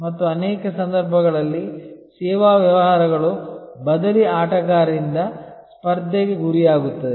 ಮತ್ತು ಅನೇಕ ಸಂದರ್ಭಗಳಲ್ಲಿ ಸೇವಾ ವ್ಯವಹಾರಗಳು ಬದಲಿ ಆಟಗಾರರಿಂದ ಸ್ಪರ್ಧೆಗೆ ಗುರಿಯಾಗುತ್ತವೆ